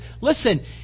listen